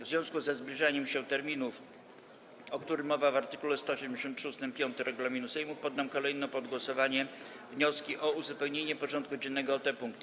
W związku ze zbliżaniem się terminu, o którym mowa w art. 173 ust. 5 regulaminu Sejmu, poddam kolejno pod głosowanie wnioski o uzupełnienie porządku dziennego o te punkty.